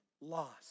lost